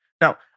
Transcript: Now